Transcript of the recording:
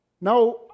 Now